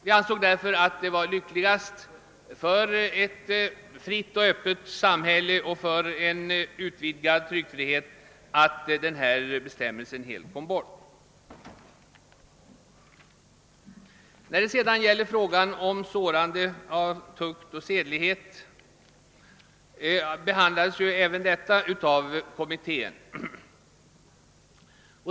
Vi ansåg därför att det var lyckligast för ett fritt och öppet samhälle och för en utvidgad tryckfrihet att denna bestämmelse helt togs bort. Vad sedan beträffar frågan om sårande av tukt och sedlighet avhandlades ju även detta av kommittén.